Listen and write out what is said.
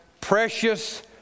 precious